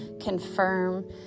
confirm